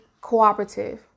cooperative